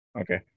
okay